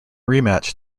rematch